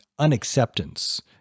unacceptance